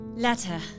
Letter